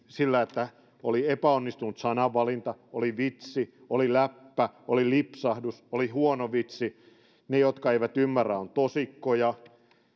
sillä että oli epäonnistunut sanavalinta oli vitsi oli läppä oli lipsahdus oli huono vitsi ja ne jotka eivät ymmärrä ovat tosikkoja